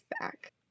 back